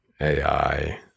AI